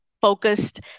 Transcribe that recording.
focused